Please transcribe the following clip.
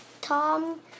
Tom